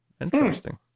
Interesting